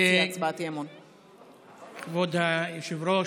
כבוד היושבת-ראש,